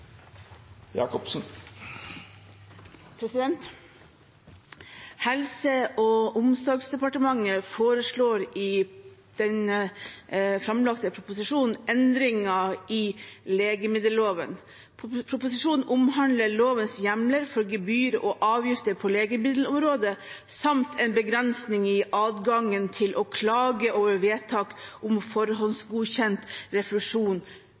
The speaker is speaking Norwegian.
Helse- og omsorgsdepartementet foreslår i den framlagte proposisjonen endringer i legemiddelloven. Proposisjonen omhandler lovens hjemler for gebyr og avgifter på legemiddelområdet samt en begrensning i adgangen til å klage over vedtak om